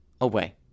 away